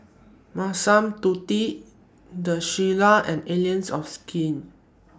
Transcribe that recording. Massimo Dutti The Shilla and Allies of Skin